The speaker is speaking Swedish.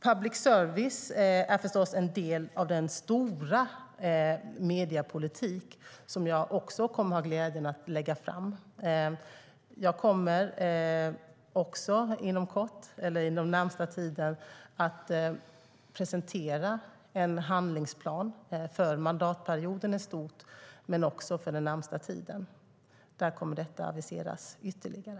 Public service är förstås en del av den stora mediepolitik som jag också kommer att ha glädjen att lägga fram. Jag kommer - också inom kort - att presentera en handlingsplan för mandatperioden i stort men också för den närmaste tiden. Där kommer detta att aviseras ytterligare.